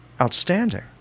outstanding